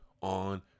on